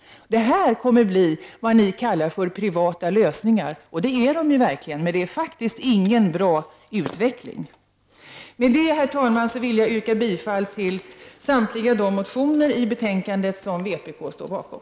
Det kommer att bli resultatet av vad ni kallar privata lösningar, och det är de verkligen. Men det är ingen bra utveckling. Med detta, herr talman, yrkar jag bifall till samtliga de motioner i betänkandet som vpk står bakom.